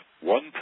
one